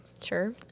Sure